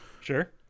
Sure